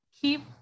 keep